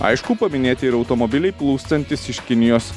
aišku paminėti ir automobiliai plūstantys iš kinijos